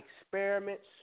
experiments